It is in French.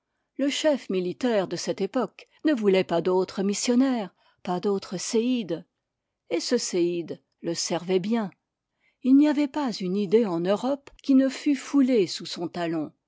le chef militaire de cette époque ne voulait pas d'autre missionnaire pas d'autre séide et ce séide le servait bien il n'y avait pas une idée en europe qui ne fût foulée sous son talon